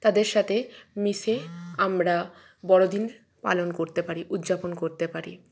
তাদের সাথে মিশে আমরা বড়দিন পালন করতে পারি উদযাপন করতে পারি